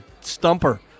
stumper